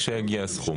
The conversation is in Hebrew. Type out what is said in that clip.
כשיגיע הסכום,